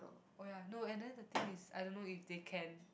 oh ya no and then the thing is I don't know if they can